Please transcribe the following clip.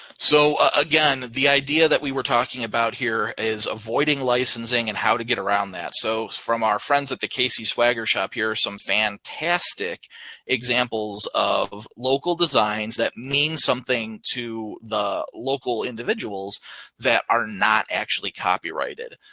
so again, the idea that we were talking about here is avoiding licensing and how to get around that. so from our friends at the casey swagger shop, here are some fantastic examples of local designs. that mean something to the local individuals that are not actually copyrighted.